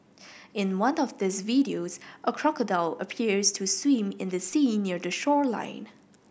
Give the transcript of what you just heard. in one of these videos a crocodile appears to swim in the sea near the shoreline